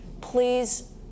Please